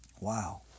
Wow